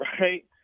right